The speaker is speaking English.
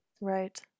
Right